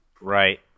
right